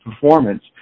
performance